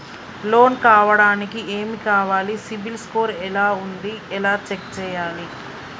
Loan కావడానికి ఏమి కావాలి సిబిల్ స్కోర్ ఎలా ఉంది ఎలా చెక్ చేయాలి?